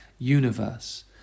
universe